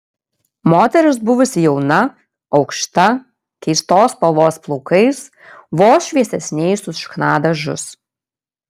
moteris buvusi jauna aukšta keistos spalvos plaukais vos šviesesniais už chna dažus